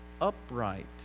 upright